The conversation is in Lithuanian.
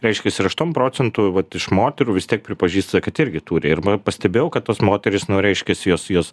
reiškias ir aštuom procentų vat iš moterų vis tiek pripažįsta kad irgi turi ir ma pastebėjau kad tos moterys nu reiškias jos jos